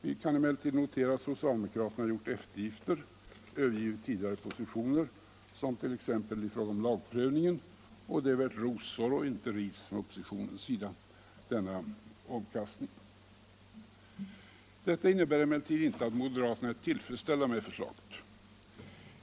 Vi kan emellertid notera att socialdemokraterna har gjort eftergifter och övergivit tidigare positioner, t.ex. i fråga om lagprövningen, och denna omkastning är värd rosor och inte ris från oppositionens sida. Detta innebär emellertid inte att moderaterna är tillfredsställda med förslaget.